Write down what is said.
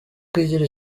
twigira